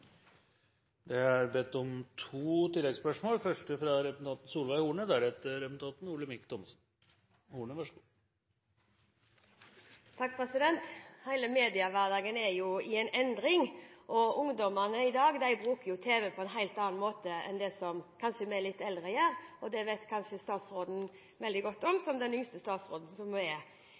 Det er bedt om to oppfølgingsspørsmål – først representanten Solveig Horne. Hele mediehverdagen er i endring. Ungdommen i dag bruker tv på en helt annen måte enn det vi som er litt eldre kanskje gjør. Det vet kanskje statsråden godt – som den yngste statsråden. Ungdommen i dag plugger inn HDMI-kabelen for å se film. De surfer og bruker tv-en som